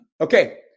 Okay